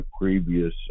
previous